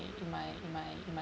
in my in my in my